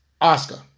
Oscar